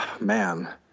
man